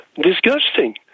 disgusting